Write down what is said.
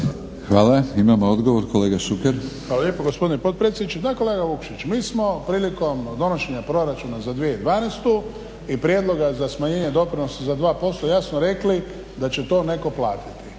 Hvala. Imamo odgovor kolega Šuker. **Šuker, Ivan (HDZ)** Hvala lijepa gospodine potpredsjedniče. Da kolega Vukšić, mi smo prilikom donošenja proračuna za 2012. I prijedloga za smanjenje doprinosa za 2% jasno rekli da će to netko platiti.